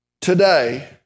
today